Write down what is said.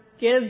give